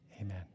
amen